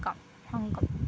Hong Kong